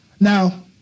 Now